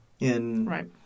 right